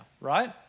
right